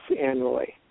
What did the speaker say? annually